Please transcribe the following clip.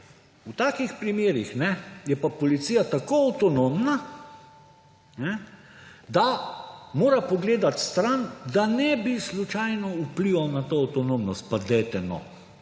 V takih primerih je pa policija tako avtonomna, da mora pogledati stran, da ne bi slučajno vplival na to avtonomnost. Pa dajte,